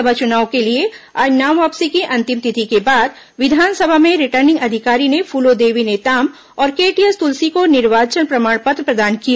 राज्यसभा चुनाव के लिए आज नाम वापसी की अन्तिम तिथि के बाद विधानसभा में रिटर्निंग अधिकारी ने फूलोदेवी नेताम और केटीएस तुलसी के निर्वाचन प्रमाण पत्र प्रदान किए